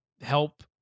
help